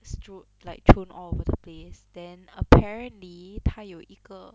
stron~ like thrown all over the place then apparently 她有一个